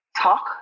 talk